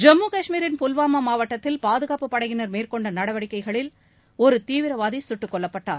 ஜம்மு காஷ்மீரின் புல்வாமா மாவட்டத்தில் பாதுகாப்பு படையினர் மேற்கொண்ட நடவடிக்கையில் ஒரு தீவிரவாதி சுட்டுக் கொல்லப்பட்டார்